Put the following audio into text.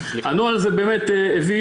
הנוהל הזה באמת הביא